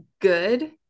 good